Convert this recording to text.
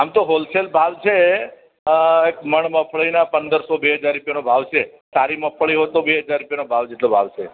આમ તો હોલસેલ ભાવ છે પણ મણ મગફળીના પંદરસો બે હજાર રૂપિયાનો ભાવ છે જો સારી મગફળીઓ સારી હોય તો બે હજાર ભાવ છે